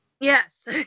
Yes